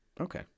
Okay